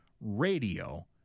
radio